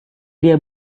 dia